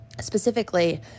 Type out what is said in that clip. Specifically